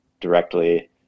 directly